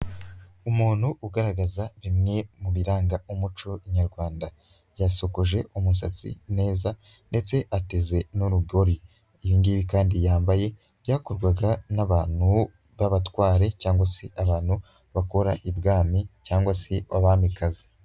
Umuntu ugaragaza bimwe mu biranga umuco nyarwanda, yasokoje umusatsi neza ndetse ateze n'urubori, iyo ngibi kandi yambaye byakorwaga n'abantu b'abatware cyangwa se abantu bakora i bwami cyangwa se abamikazi.